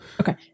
Okay